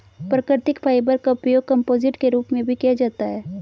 प्राकृतिक फाइबर का उपयोग कंपोजिट के रूप में भी किया जाता है